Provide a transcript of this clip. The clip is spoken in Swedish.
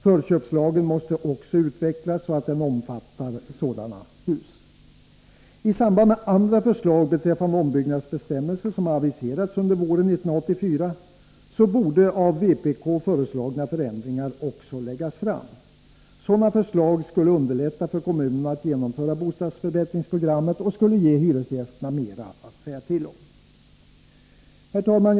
Förköpslagen måste också utvecklas, så att den omfattar sådana hus. I samband med andra förslag beträffande ombyggnadsbestämmelser som har aviserats till våren 1984 borde av vpk föreslagna förändringar också läggas fram. Sådana förslag skulle underlätta för kommunerna att genomföra bostadsförbättringsprogrammet och skulle ge hyresgästerna mera att säga till om. Herr talman!